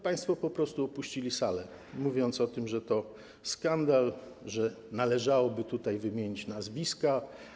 Państwo po prostu opuścili salę, mówiąc o tym, że to skandal, że należałoby tutaj wymienić nazwiska.